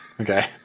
Okay